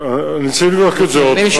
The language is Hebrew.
אני צריך לבדוק את זה עוד פעם.